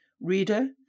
Reader